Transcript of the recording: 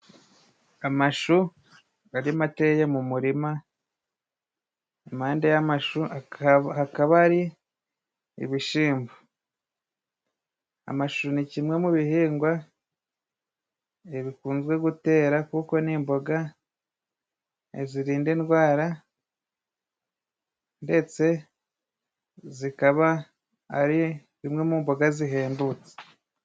Amashu arimo ateye mu murima impande y'amashu hakaba hari ibishimbo. Amashu ni kimwe mu bihingwa bikunzwe gutera kuko ni imboga zirinda indwara ndetse zikaba ari zimwe mu imboga zihendutse.